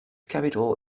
capital